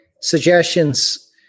suggestions